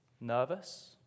Nervous